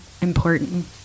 important